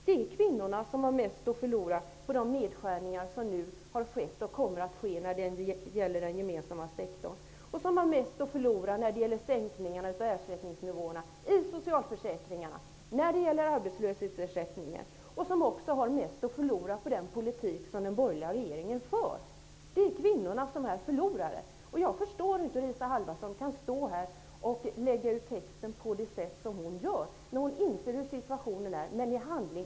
Det är kvinnorna som har mest att förlora på de nedskärningar som har skett, och som kommer att ske, när det gäller den gemensamma sektorn. Det är också kvinnorna som har mest att förlora på de sänkta ersättningsnivåerna i socialförsäkringarna och arbetslöshetsersättningen samt på den politik som den borgerliga regeringen för. Det är alltså kvinnorna som är förlorare. Jag förstår inte hur Isa Halvarsson kan lägga ut texten på det sätt som hon nu gör utan att visa på handling.